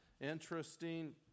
interesting